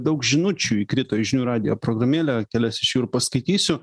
daug žinučių įkrito į žinių radijo programėlę kelias iš jų ir paskaitysiu